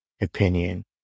opinion